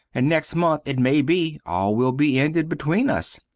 and next month it may be all will be ended between us.